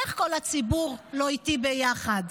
איך כל הציבור לא איתי ביחד?